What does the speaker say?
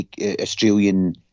Australian